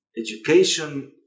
Education